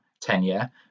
tenure